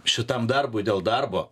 šitam darbui dėl darbo